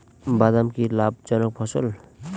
বাদাম কি লাভ জনক ফসল?